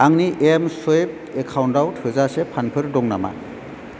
आंनि एमस्वुइप एकाउन्टाव थोजासे फान्डफोर दं नामा